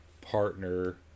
partner